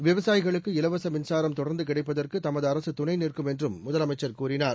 விவசாயிகளுக்கு இலவச மின்சாரம் தொடர்ந்து கிடைப்பதற்கு தமது அரசு துணை நிற்கும் என்றும் முதலமைச்சர் கூறினார்